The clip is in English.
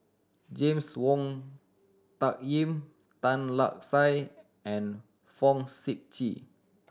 James Wong Tuck Yim Tan Lark Sye and Fong Sip Chee